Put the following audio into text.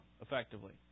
effectively